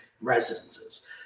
residences